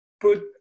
put